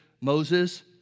Moses